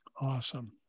Awesome